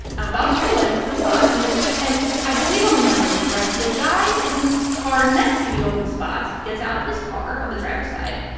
i'm about to pull into the spot. and the and i believe i'm remembering this right the guy in the car next to the open spot gets out of his car on the driver side,